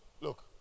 look